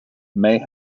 may